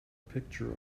picture